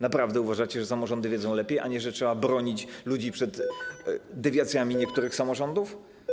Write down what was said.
Naprawdę uważacie, że samorządy wiedzą lepiej, a nie że trzeba bronić ludzi przed dewiacjami niektórych samorządów?